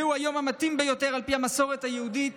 זהו היום המתאים ביותר על פי המסורת היהודית